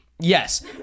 yes